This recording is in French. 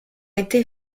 été